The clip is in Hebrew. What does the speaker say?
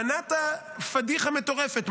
מנעת פדיחה מטורפת,